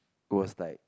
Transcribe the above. goes like